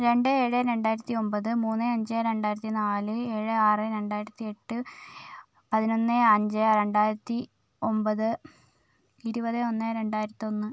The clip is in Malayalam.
രണ്ട് ഏഴ് രണ്ടായിരത്തി ഒൻപത് മൂന്ന് അഞ്ച് രണ്ടായിരത്തി നാല് ഏഴ് ആറ് രണ്ടായിരത്തി എട്ട് പതിനൊന്ന് അഞ്ച് രണ്ടായിരത്തി ഒൻപത് ഇരുപത് ഒന്ന് രണ്ടായിരത്തി ഒന്ന്